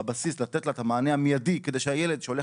בבסיס לתת לה את המענה המיידי כדי שהילד שהולך